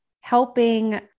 helping